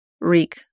Reek